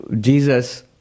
Jesus